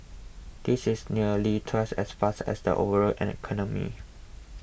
this is nearly twice as fast as the overall economy